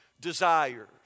desires